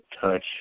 touch